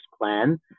plan